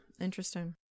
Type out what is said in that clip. Interesting